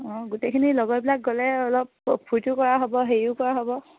অঁ গোটেইখিনি লগৰবিলাক গ'লে অলপ ফূৰ্তিও কৰা হ'ব হেৰিও কৰা হ'ব